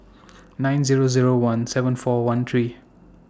nine Zero Zero one seven four one three